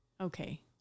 Okay